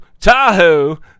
Tahoe